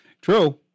True